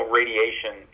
radiation